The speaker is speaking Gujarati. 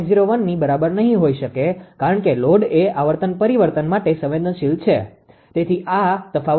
01 ની બરાબર નહીં હોઈ શકે કારણ કે લોડ એ આવર્તન પરિવર્તન માટે સંવેદનશીલ છે તેથી જ આ તફાવત છે